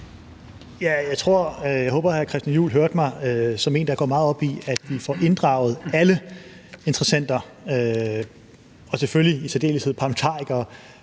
Jeg håber, at hr. Christian Juhl hørte mig som en, der går meget op i, at vi får inddraget alle interessenter og selvfølgelig i særdeleshed parlamentarikere